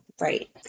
Right